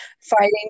fighting